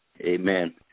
Amen